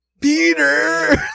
Peter